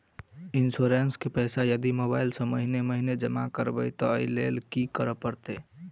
Insurance केँ पैसा यदि मोबाइल सँ महीने महीने जमा करबैई तऽ ओई लैल की करऽ परतै?